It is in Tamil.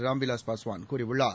ராம் விலாஸ் பாஸ்வான் கூறியுள்ளார்